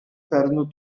perdono